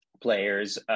players